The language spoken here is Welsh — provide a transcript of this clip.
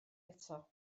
eto